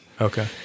okay